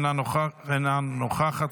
אינה נוכחת,